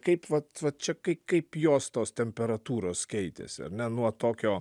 kaip vat vat čia kaip kaip jos tos temperatūros keitėsi ar ne nuo tokio